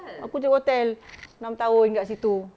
aku kerja hotel enam tahun kat situ